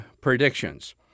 predictions